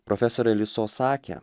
profesorė liso sakė